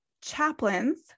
Chaplains